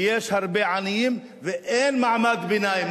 ויש הרבה עניים, ואין מעמד ביניים.